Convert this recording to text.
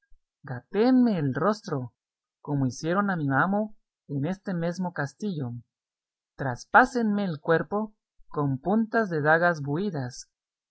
gatéenme el rostro como hicieron a mi amo en este mesmo castillo traspásenme el cuerpo con puntas de dagas buidas